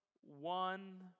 one